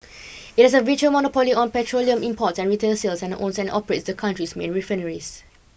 it has a virtual monopoly on petroleum imports and retail sales and owns and operates the country's main refineries